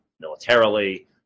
militarily